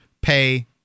pay